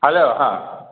hello ହଁ